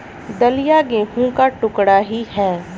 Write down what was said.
दलिया गेहूं का टुकड़ा ही है